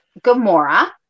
Gamora